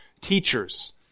teachers